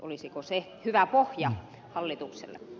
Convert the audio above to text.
olisiko se hyvä pohja hallitukselle